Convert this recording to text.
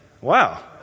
Wow